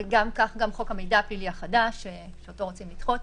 וכך גם חוק המידע הפלילי החדש שאותו רוצים לדחות,